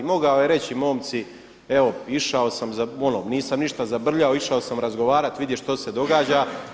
Mogao je reći momci evo išao sam za ono, nisam ništa zabrljao, išao sam razgovarati, vidjeti što se događa.